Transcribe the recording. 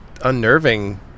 unnerving